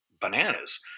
bananas